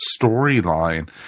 storyline